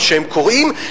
מה שהם קוראים,